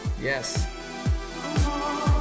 Yes